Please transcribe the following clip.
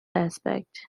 aspect